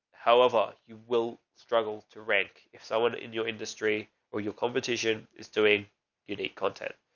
however, you will struggle to rank if someone in your industry or your competition is doing unique content,